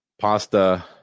Pasta